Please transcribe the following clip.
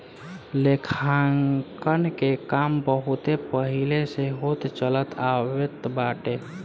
लेखांकन के काम बहुते पहिले से होत चलत आवत बाटे